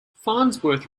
farnsworth